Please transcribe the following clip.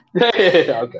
okay